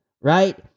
right